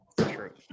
true